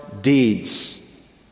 deeds